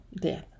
death